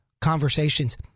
conversations